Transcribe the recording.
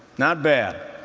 not bad,